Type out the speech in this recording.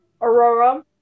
Aurora